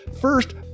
first